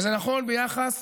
וזה נכון ביחס